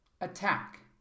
attack